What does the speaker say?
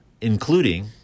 including